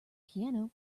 piano